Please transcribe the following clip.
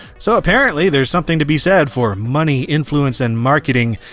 so, apparently there's something to be said for money, influence, and marketing,